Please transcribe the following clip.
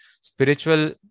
Spiritual